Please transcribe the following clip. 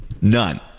None